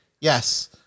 Yes